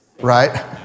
right